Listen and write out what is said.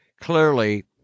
clearly